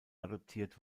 adoptiert